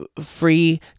free